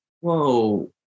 Whoa